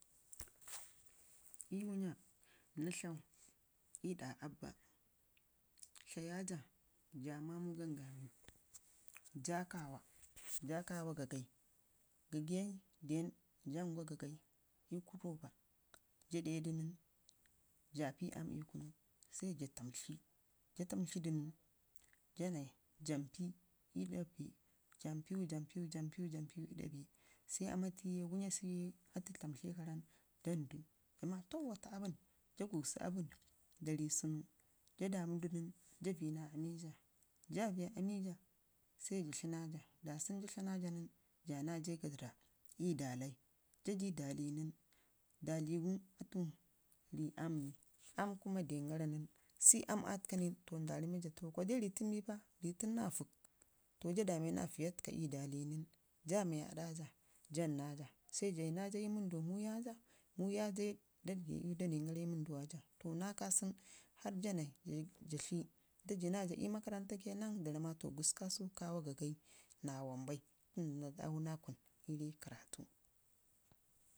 Na tlau ii ɗa abba, tlayaja saa mamu gangaamin jaa kawa gaggai ii kun rooba jaa dedu nən jaa pii aam le kunu sai jaa tamtli jaa tamtlidu nən jampii jampi jampi l ɗa bee sai nwauyatiew tamtle kara nən danndu jama to wata aabaən ga guazu aabən da sunu jaa da mudu nən sai jaa uiiyi na aamija sai sa tlii na jaa da sunu jaa fla na jaa nən Jaya naaja ii pata ii Dalai jaji dali nən atuu ri aam ne aam kuma dongara nən sii aam atəka ni nda rammeja kwadai rii tən bii Paa rii tunu na vək to Jaa dame na viiya təkaja li dale nən jaa me aɗa ja jan naaja sai jayi naaya ii wundwa muwija muwiya je dayin gara ii wənduwa yeshi nda jii na ii makaranta sai ada rammija to gusku kasau kawa gaggen naa wambai tunda nda ɗawu na kun ii rii karatu.